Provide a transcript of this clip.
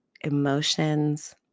Emotions